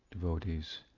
devotees